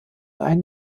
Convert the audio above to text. ein